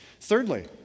Thirdly